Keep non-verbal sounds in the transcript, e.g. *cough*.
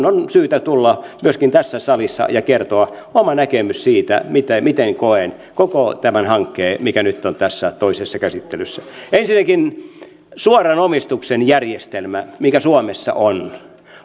*unintelligible* on syytä tulla myöskin tässä salissa kertomaan oma näkemykseni siitä miten koen koko tämän hankkeen mikä nyt on tässä toisessa käsittelyssä ensinnäkin suoran omistuksen järjestelmä mikä suomessa on